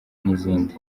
n’izindi